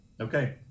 Okay